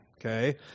okay